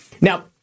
Now